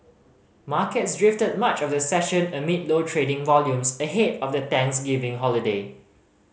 markets drifted much of the session amid low trading volumes ahead of the Thanksgiving holiday